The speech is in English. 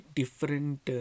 different